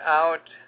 out